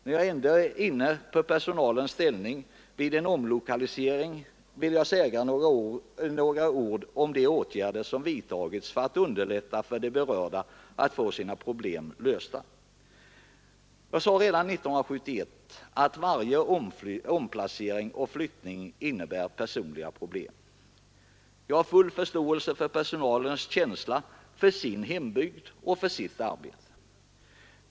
När jag ändå är inne på personalens ställning vid en omlokalisering vill jag säga några ord om de åtgärder som vidtagits för att underlätta för de berörda att få sina problem lösta. Jag sade redan 1971 att varje omplacering och flyttning innebär personliga problem. Jag har full förståelse för personalens känsla för sin hembygd och för sitt arbete.